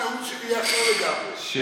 לא רציתי להגיד שבאולם,